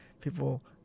people